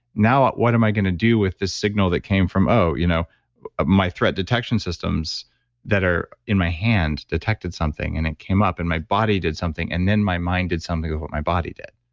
now what am i going to do with the signal that came from you know my threat detection systems that are in my hand detected something and it came up and my body did something and then my mind did something of what my body did,